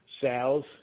sales